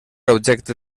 objecte